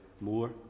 more